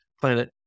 planet